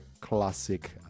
classic